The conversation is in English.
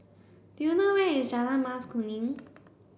do you know where is Jalan Mas Kuning